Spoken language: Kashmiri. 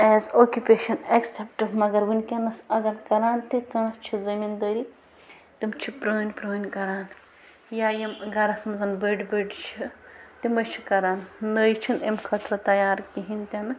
ایز آکِپیشن ایٚکسیٚپٹ مگر ونکٮ۪نس اگر کَران تہِ کانٛہہ چھُ زٔمیٖن دٲری تِم چھِ پٔرٲنۍ پٔرٲنۍ کَران یا یِم گَرس منٛز بٔڑ بٔڑ چھِ تِمے چھِ کَران نٔے چھِنہٕ امہِ خٲطرٕ تیار کِہیٖنۍ تہِ نہٕ